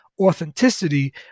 authenticity